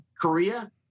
Korea